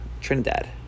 Trinidad